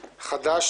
חד"ש,